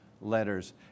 letters